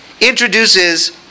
introduces